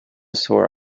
sore